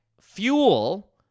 fuel